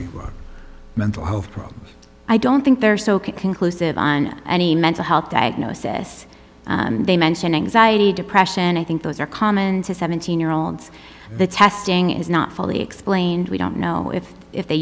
about mental health problems i don't think they're so conclusive on any mental health diagnosis and they mentioned anxiety depression and i think those are common to seventeen year olds and the testing is not fully explained we don't know if if they